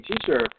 teacher